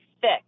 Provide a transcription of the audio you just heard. thick